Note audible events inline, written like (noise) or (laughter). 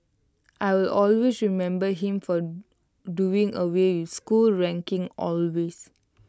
I will always remember him for doing away with school rankings (unintelligible)